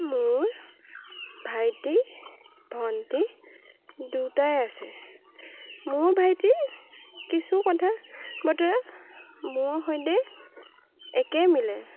মোৰ ভাইটি ভন্টি দুটাই আছে মোৰ ভাইটিৰ কিছু কথা বতৰা মোৰ সৈতে একেই মিলে